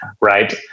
right